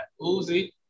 Uzi